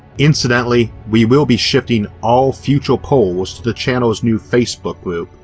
incidentally we will be shifting all future polls to the channel's new facebook group,